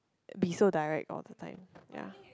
be so direct all the time ya